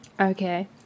Okay